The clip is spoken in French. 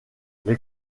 les